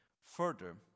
Further